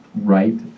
right